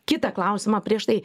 kitą klausimą prieš tai